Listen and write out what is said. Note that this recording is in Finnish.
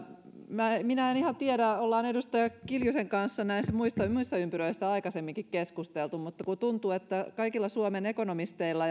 minä en minä en ihan tiedä olemme edustaja kiljusen kanssa näistä muissa ympyröissä aikaisemminkin keskustelleet mutta tuntuu että kaikilla suomen ekonomisteilla